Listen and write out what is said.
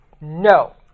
No